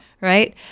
Right